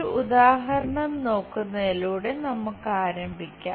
ഒരു ഉദാഹരണം നോക്കുന്നതിലൂടെ നമുക്ക് ആരംഭിക്കാം